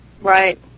right